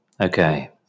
Okay